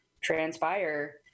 transpire